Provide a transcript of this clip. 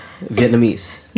Vietnamese